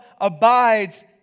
abides